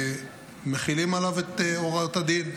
מחילים עליו את הוראות הדין.